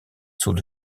sauts